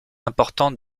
importante